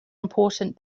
important